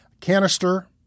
canister